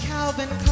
Calvin